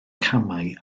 camau